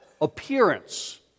appearance